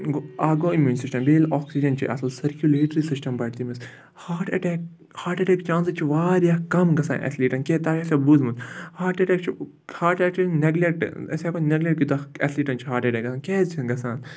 گوٚو اَکھ گوٚو اِمیوٗن سِسٹَم بیٚیہِ ییٚلہِ آکسیٖجَن چھِ اَصٕل سٔرکیوٗلیٹری سِسٹَم بَڑِ تٔمِس heart attack heart attack chances چھِ واریاہ کَم گژھان اٮ۪تھلیٖٹَن کیٛازِ تۄہہِ آسیو بوٗزمُت ہاٹ اَٹیک چھُ ہاٹ اَٹیک چھِنہٕ نٮ۪گلٮ۪کٹہٕ أسۍ ہٮ۪کو نٮ۪گلٮ۪کٹہٕ یوٗتاہ اٮ۪تھلیٖٹَن چھِ ہاٹ اَٹیک گژھان کیٛازِ چھِنہٕ گژھان